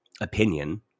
opinion